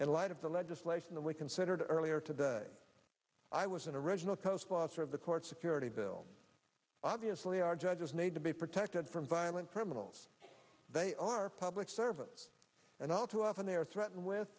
in light of the legislation that we considered earlier today i was an original cosponsor of the court security bill obviously our judges need to be protected from violent criminals they are public servants and all too often they are threatened with